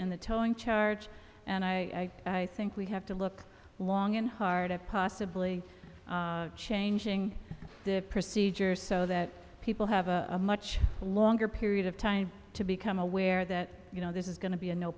and the telling charge and i think we have to look long and hard at possibly changing the procedures so that people have a much longer period of time to become aware that you know this is going to be a no